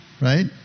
right